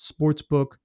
sportsbook